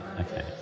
okay